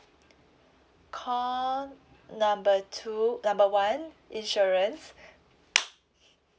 call number two number one insurance